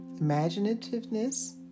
imaginativeness